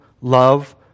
love